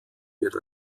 wird